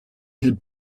had